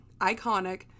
iconic